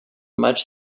much